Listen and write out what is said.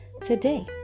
today